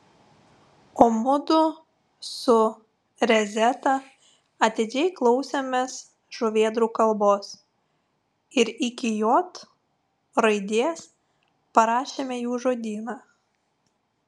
o mudu su rezeta atidžiai klausėmės žuvėdrų kalbos ir iki j raidės parašėme jų žodyną